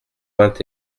vingt